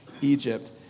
Egypt